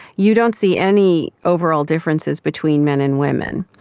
you don't see any overall differences between men and women.